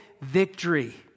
victory